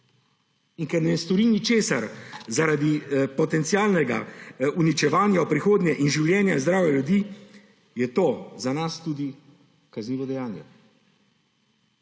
In ker ne stori ničesar, zaradi potencialnega uničevanja v prihodnje in življenja in zdravja ljudi, je to za nas tudi kaznivo dejanje.